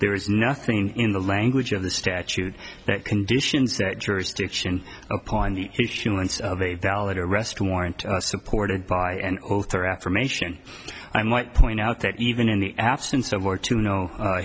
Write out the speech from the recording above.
there is nothing in the language of the statute that conditions that jurisdiction upon the humans of a valid arrest warrant supported by an oath or affirmation i might point out that even in the absence of or to know